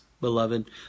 beloved